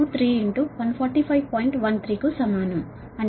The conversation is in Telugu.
13 కు సమానం అంటే 251